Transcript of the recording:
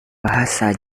bahasa